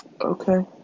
okay